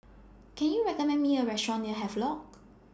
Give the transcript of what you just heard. Can YOU recommend Me A Restaurant near Havelock